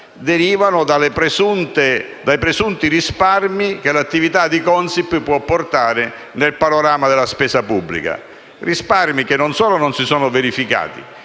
derivano dai presunti risparmi che l'attività di Consip può portare nel panorama della spesa pubblica; risparmi che non solo non si sono verificati,